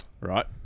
Right